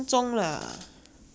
很快而已 lah